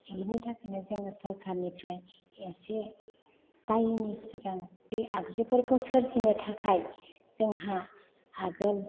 बेनि थाखायनो जोङो सरखारनिफ्राय एसे बायैनि सिगां बे आगजुफोरखौ सोरजिनो थाखाय जोंहा आगोल